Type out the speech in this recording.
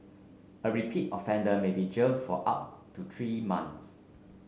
a repeat offender may be jail for up to three months